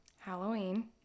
Halloween